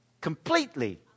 Completely